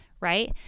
right